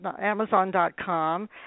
amazon.com